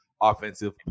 offensive